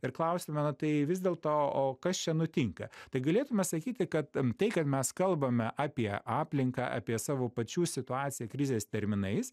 ir klausime nu tai vis dėlto o kas čia nutinka tai galėtume sakyti kad tai kad mes kalbame apie aplinką apie savo pačių situaciją krizės terminais